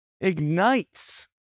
ignites